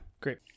Great